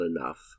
enough